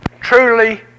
truly